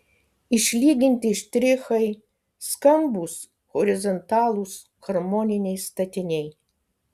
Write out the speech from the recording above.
išlyginti štrichai skambūs horizontalūs harmoniniai statiniai